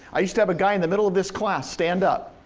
i used to have a guy in the middle of this class stand up,